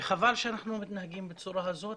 וחבל שאנחנו מתנהגים בצורה הזאת.